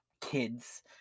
kids